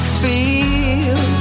feel